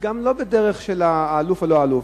לא בדרך של אלוף או לא אלוף,